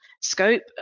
scope